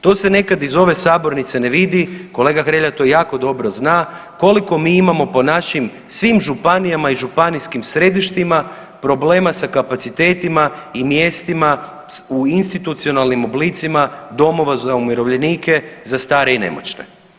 To se nekad iz ove sabornice ne vidi, kolega Hrelja to jako dobro zna koliko mi imamo po našim Županijama i županijskim središtima problema sa kapacitetima i mjestima u institucionalnim oblicima domova za umirovljenike, za stare i nemoćne.